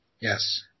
Yes